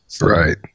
Right